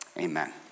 Amen